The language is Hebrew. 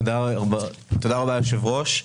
תודה רבה, היושב-ראש.